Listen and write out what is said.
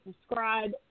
subscribe